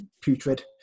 putrid